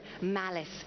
malice